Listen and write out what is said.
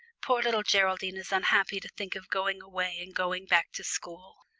poor little geraldine is unhappy to think of going away and going back to school.